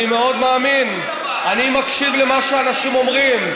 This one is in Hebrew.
אני מקשיב למה שאנשים אומרים.